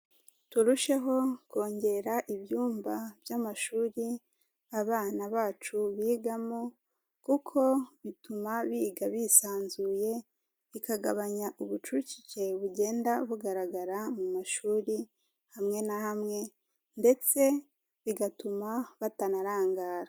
Turusheho kongera ibyumba by'amashuri abana bacu bigamo, kuko bituma biga bisanzuye, bikagabanya ubucucike bugenda bugaragara mu mashuri hamwe na hamwe, ndetse bigatuma batanarangara.